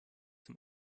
zum